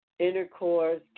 intercourse